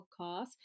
podcast